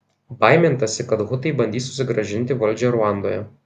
baimintasi kad hutai bandys susigrąžinti valdžią ruandoje